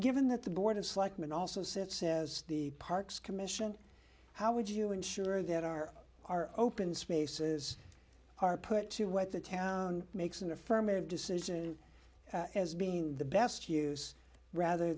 given that the board of selectmen also set says the parks commission how would you ensure that our are open spaces are put to what the town makes an affirmative decision as being the best use rather